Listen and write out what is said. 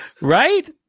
Right